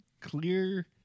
clear